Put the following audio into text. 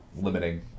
limiting